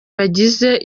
bagize